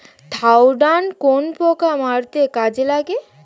Thiodan কোন পোকা মারতে কাজে লাগে?